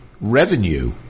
revenue